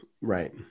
Right